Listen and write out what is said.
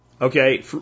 Okay